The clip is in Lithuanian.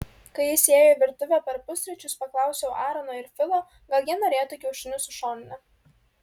kai jis įėjo į virtuvę per pusryčius paklausiau aarono ir filo gal jie norėtų kiaušinių su šonine